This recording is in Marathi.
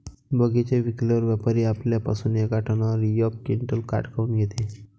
बगीचा विकल्यावर व्यापारी आपल्या पासुन येका टनावर यक क्विंटल काट काऊन घेते?